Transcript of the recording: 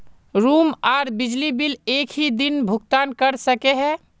Room आर बिजली के बिल एक हि दिन भुगतान कर सके है?